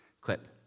clip